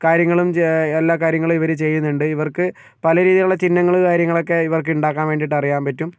കാര്യങ്ങളും ചെ എല്ലാ കാര്യങ്ങളും ഇവർ ചെയ്യുന്നുണ്ട് ഇവർക്ക് പല രീതിയിൽ ഉള്ള ചിഹ്നങ്ങൾ കാര്യങ്ങൾ ഒക്കെ ഇവർക്ക് ഉണ്ടാക്കാൻ വേണ്ടിയിട്ട് അറിയാൻ പറ്റും